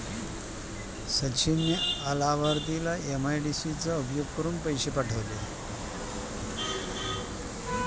सचिन ने अलाभार्थीला एम.एम.आय.डी चा उपयोग करुन पैसे पाठवले